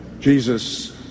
Jesus